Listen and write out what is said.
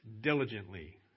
diligently